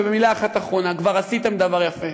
ובמילה אחת אחרונה: כבר עשיתם דבר יפה,